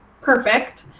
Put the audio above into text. perfect